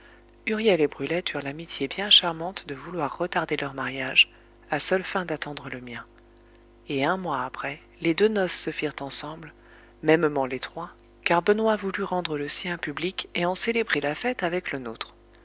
huriel et brulette eurent l'amitié bien charmante de vouloir retarder leur mariage à seules fins d'attendre le mien et un mois après les deux noces se firent ensemble mêmement les trois car benoît voulut rendre le sien public et en célébrer la fête avec la nôtre